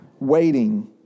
waiting